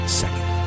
second